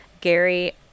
gary